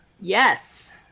yes